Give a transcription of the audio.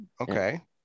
Okay